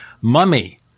mummy